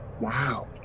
Wow